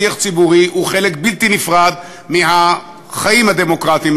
שיח ציבורי הוא חלק בלתי נפרד מהחיים הדמוקרטיים,